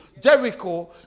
Jericho